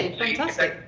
and fantastic.